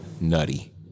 nutty